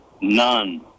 None